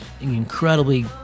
incredibly